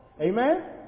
Amen